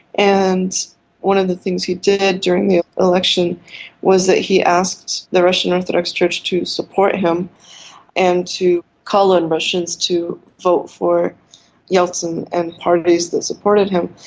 and one of the things he did during the election was that he asked the russian orthodox church to support him and to call on russians to vote for yeltsin and parties that supported him.